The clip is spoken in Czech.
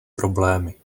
problémy